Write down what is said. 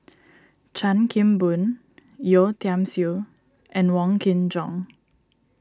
Chan Kim Boon Yeo Tiam Siew and Wong Kin Jong